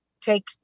take